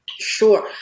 Sure